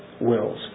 wills